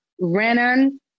Renan